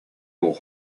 will